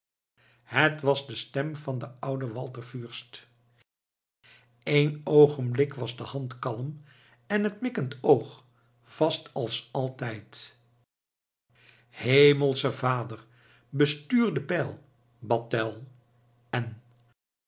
het was de stem van den ouden walter fürst eén oogenblik was de hand kalm en het mikkend oog vast als altijd hemelsche vader bestuur den pijl bad tell en